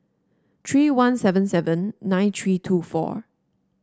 three one seven seven nine three two four